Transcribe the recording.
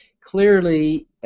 clearly